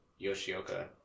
Yoshioka